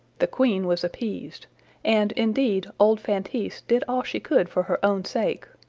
the queen was appeased and, indeed, old feintise did all she could for her own sake.